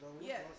Yes